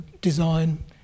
design